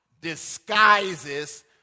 disguises